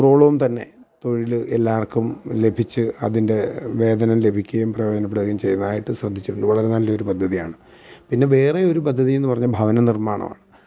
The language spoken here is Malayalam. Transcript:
നൂറോളം തന്നെ തൊഴിൽ എല്ലാവര്ക്കും ലഭിച്ചു അതിന്റെ വേതനം ലഭിക്കുകയും പ്രയോജനപ്പെടുകയും ചെയ്യുന്നതായിട്ട് ശ്രദ്ധിച്ചിട്ടുണ്ട് വളരെ നല്ല ഒരു പദ്ധതിയാണ് പിന്നെ വേറെ ഒരു പദ്ധതി എന്ന് പറഞ്ഞാല് ഭവന നിര്മ്മാണമാണ്